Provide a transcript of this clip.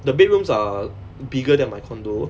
the bedrooms are bigger than my condominium